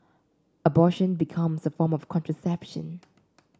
abortion becomes a form of contraception